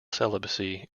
celibacy